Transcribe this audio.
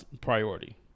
priority